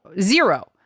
zero